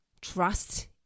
trust